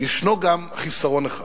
ישנו גם חיסרון אחד: